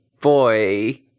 boy